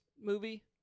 movie